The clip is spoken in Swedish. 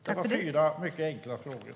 Det är fyra mycket enkla frågor.